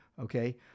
okay